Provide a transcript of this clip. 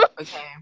Okay